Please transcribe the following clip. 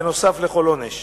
בנוסף לכל עונש.